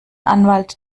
anwalt